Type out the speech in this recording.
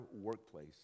workplace